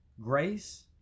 grace